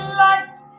light